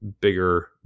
bigger